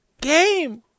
game